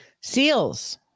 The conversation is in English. seals